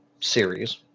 series